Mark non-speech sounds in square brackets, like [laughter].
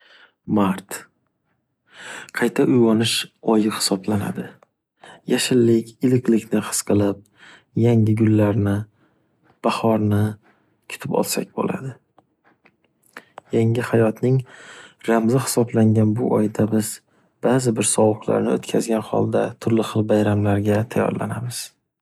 Mart. Qayta uyg’onish oyi hisoplanadi. [noise] Yashillik iliqlikni his qilib yangi gullarni, bahorni kutib olsak bo’ladi. Yangi hayotning ramzi hisoplangan bu oyda biz bazi bir sovuqlarni o’tkazgan holda turli xil bayramlarga tayyorlanamiz.